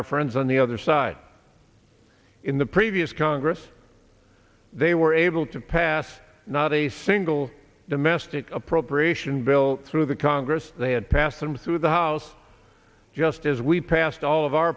our friends on the other side in the previous congress they were able to pass not a single domestic appropriation bill through the congress they had passed them through the house just as we passed all of our